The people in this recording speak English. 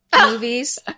movies